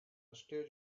stage